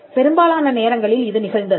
பெரும்பாலான நேரங்களில் இது நிகழ்ந்தது